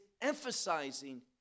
emphasizing